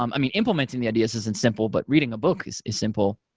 um i mean implementing the ideas isn't simple, but reading a book is is simple.